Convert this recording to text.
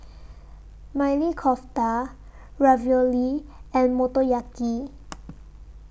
Maili Kofta Ravioli and Motoyaki